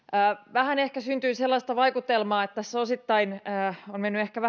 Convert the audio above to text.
vähän ehkä syntyi sellaista vaikutelmaa että tässä osittain ovat menneet